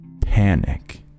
panic